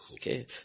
Okay